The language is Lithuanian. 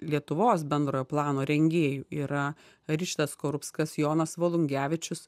lietuvos bendrojo plano rengėjų yra ričardas skorupskas jonas volungevičius